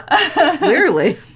Clearly